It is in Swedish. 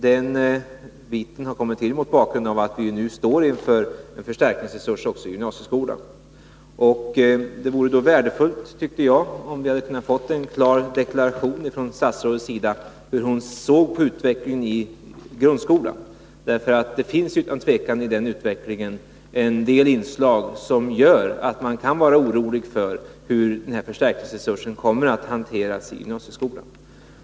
Den biten har kommit till mot bakgrund av att vi nu står inför en förstärkningsresurs också i gymnasieskolan. Det vore då värdefullt, tyckte jag, om vi hade kunnat få en klar deklaration från statsrådets sida om hur hon såg på utvecklingen i grundskolan. Det finns nämligen utan tvivel i den utvecklingen en del inslag som gör att man kan vara orolig för hur den här förstärkningsresursen kommer att hanteras i gymnasieskolan.